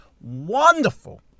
wonderful